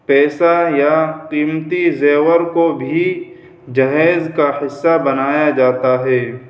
پیسہ یا قیمتی زیور کو بھی جہیز کا حصہ بنایا جاتا ہے